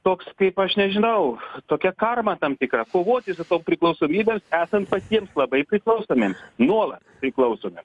toks kaip aš nežinau tokia karma tam tikra kovoti su tom priklausomybėm esant patiems labai priklausomiems nuolat priklausomiem